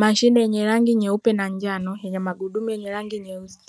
Mashine yenye rangi nyeupe na njano, yenye magurudumu yenye rangi nyeusi,